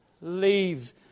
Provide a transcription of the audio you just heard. leave